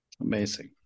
Amazing